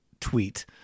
tweet